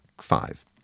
five